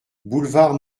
boulevard